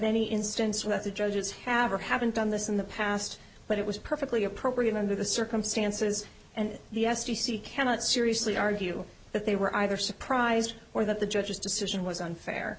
any instance where the judges have or haven't done this in the past but it was perfectly appropriate under the circumstances and the s t c cannot seriously argue that they were either surprised or that the judge's decision was unfair